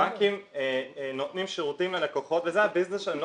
הבנקים נותנים שירותים ללקוחות וזה הביזנס שלהם,